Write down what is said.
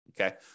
Okay